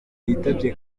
yitabye